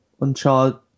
Uncharted